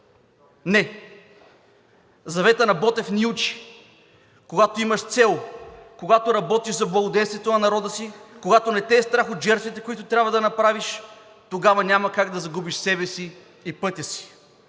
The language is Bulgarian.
Не. Заветът на Ботев ни учи, когато имаш цел, когато работиш за благоденствието на народа си, когато не те е страх от жертвите, които трябва да направиш, тогава няма как да загубиш себе си и пътя си.